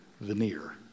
veneer